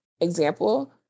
example